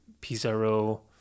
Pizarro